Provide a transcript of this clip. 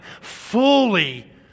fully